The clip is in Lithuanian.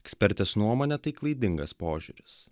ekspertės nuomone tai klaidingas požiūris